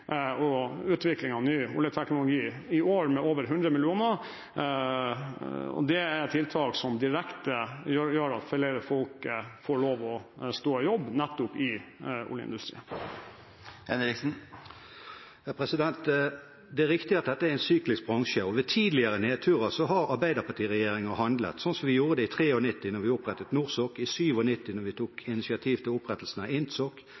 og utvikling av ny oljeteknologi i år med over 100 mill. kr, og det er tiltak som direkte gjør at flere folk får lov til å stå i jobb nettopp i oljeindustrien. Det er riktig at dette er en syklisk bransje. Ved tidligere nedturer har arbeiderpartiregjeringer handlet, slik vi gjorde det i 1993, da vi opprettet Norsok, i 1997, da vi tok initiativ til opprettelsen av